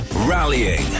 rallying